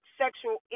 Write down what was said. sexual